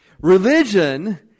Religion